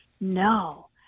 no